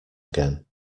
again